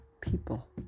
People